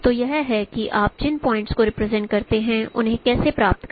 तो यह है कि आप जिन पॉइंट्स को रिप्रेजेंट करते हैं उन्हें कैसे प्राप्त करें